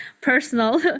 personal